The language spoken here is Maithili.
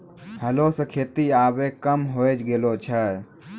हलो सें खेती आबे कम होय गेलो छै